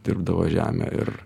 dirbdavo žemę ir